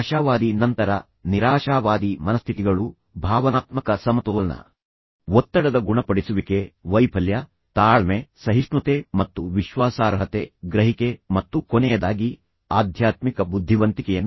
ಆ ಸಂದರ್ಭದಲ್ಲಿ ಮತ್ತೊಮ್ಮೆ ನಾನು ನಿಮಗೆ ಎರಡು ಸಂಘರ್ಷದ ಸಂದರ್ಭಗಳನ್ನು ನೀಡಿದ್ದೇನೆ ಎರಡು ಸಣ್ಣ ಉಪಾಖ್ಯಾನಗಳು ಒಂದು ಸಂಘರ್ಷ ಅದು ಗಂಡ ಮತ್ತು ಹೆಂಡತಿಯ ನಡುವೆ ನಡೆಯಿತು ಇನ್ನೊಂದು ತಂದೆ ಮತ್ತು ಮಗನ ನಡುವೆ ನಡೆಯಿತು